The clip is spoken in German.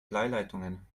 bleileitungen